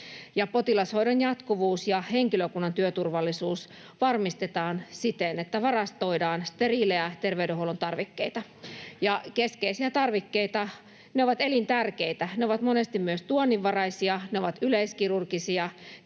Potilashoidon jatkuvuus ja henkilökunnan työturvallisuus varmistetaan siten, että varastoidaan steriilejä terveydenhuollon tarvikkeita ja keskeisiä tarvikkeita. Ne ovat elintärkeitä. Ne ovat monesti myös tuonninvaraisia, ne ovat yleiskirurgisia